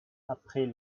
après